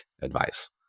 advice